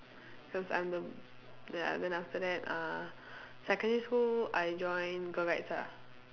cause I'm the ya then after that uh secondary school I joined girl guides ah